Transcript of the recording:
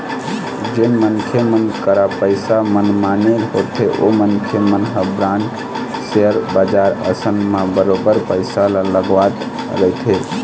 जेन मनखे मन करा पइसा मनमाने होथे ओ मनखे मन ह बांड, सेयर बजार असन म बरोबर पइसा ल लगावत रहिथे